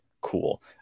cool